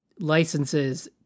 licenses